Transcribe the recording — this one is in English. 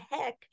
heck